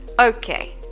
okay